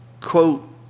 quote